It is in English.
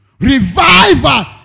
revival